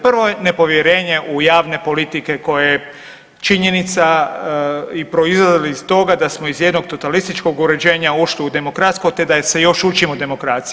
Prvo je nepovjerenje u javne politike koje činjenica i proizlazi iz toga da smo iz jednog totalističkog uređenja ušli u demokratsko te da se još učimo demokraciji.